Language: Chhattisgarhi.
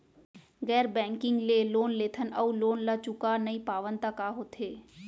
गैर बैंकिंग ले लोन लेथन अऊ लोन ल चुका नहीं पावन त का होथे?